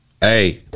Hey